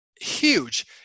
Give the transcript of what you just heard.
huge